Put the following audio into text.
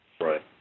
Right